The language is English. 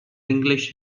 english